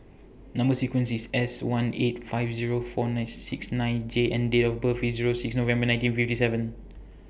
Number sequence IS S one eight five Zero four six nine J and Date of birth IS Zero six November nineteen fifty seven